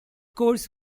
course